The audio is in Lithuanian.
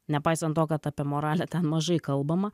nepaisant to kad apie moralę ten mažai kalbama